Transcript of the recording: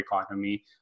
economy